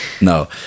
no